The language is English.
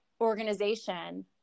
organization